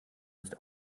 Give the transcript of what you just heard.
nicht